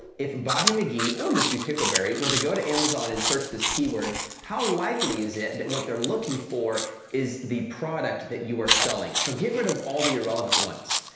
if bobby mcgee or let's say pixelberry were to go to amazon and search this keyword, how likely is it that what they're looking for is the product that you are selling. so, get rid of all the irrelevant ones.